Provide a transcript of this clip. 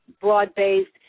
broad-based